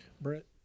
Brett